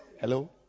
Hello